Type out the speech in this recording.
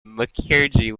mukherjee